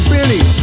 Billy